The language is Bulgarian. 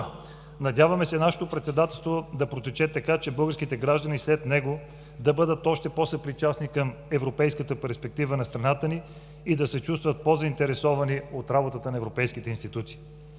Надяваме се нашето председателство да протече така, че българските граждани след него да бъдат още по-съпричастни към европейската перспектива на страната ни и да се чувстват по заинтересовани от работата на европейските институции.